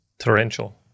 torrential